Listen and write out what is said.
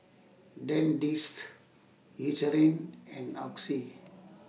Dentiste Eucerin and Oxy